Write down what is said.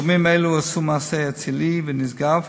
תורמים אלה עשו מעשה אצילי ונשגב,